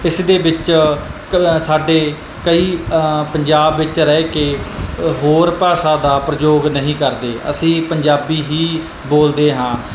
ਇਸ ਦੇ ਵਿੱਚ ਕਲ ਸਾਡੇ ਕਈ ਪੰਜਾਬ ਵਿੱਚ ਰਹਿ ਕੇ ਹੋਰ ਭਾਸ਼ਾ ਦਾ ਪ੍ਰਯੋਗ ਨਹੀਂ ਕਰਦੇ ਅਸੀਂ ਪੰਜਾਬੀ ਹੀ ਬੋਲਦੇ ਹਾਂ